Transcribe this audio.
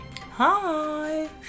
Hi